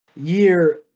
year